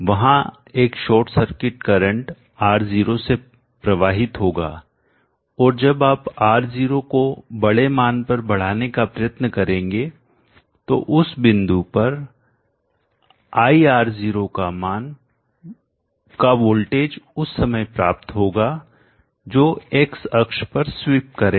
वहां एक short circuit current R0 से प्रवाहित होगा और जब आप R0 को बड़े महान पर बढ़ाने का प्रयत्न करेंगे तो उस बिंदु पर IR0 मान का वोल्टेज उस समय प्राप्त होगा जो x अक्ष पर स्वीप करेगा